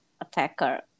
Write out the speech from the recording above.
attacker